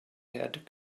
had